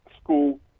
school